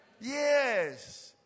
Yes